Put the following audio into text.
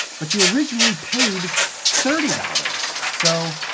but you originally paid thirty dollars. so.